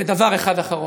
ודבר אחד אחרון: